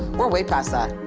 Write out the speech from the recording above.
we're way past that.